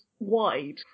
wide